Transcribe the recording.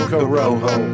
Corojo